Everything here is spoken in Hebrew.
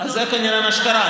זה כנראה מה שקרה.